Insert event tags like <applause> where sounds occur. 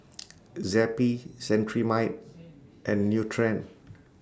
<noise> Zappy Cetrimide and Nutren